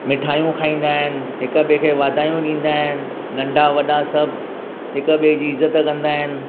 मिठायूं खाईंदा आहिनि हिक ॿिए खे वाधायूं ॾींदा आहिनि नंढा वॾा सभु हिक ॿिए जी इज़त कंदा आहिनि